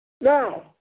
Now